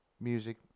music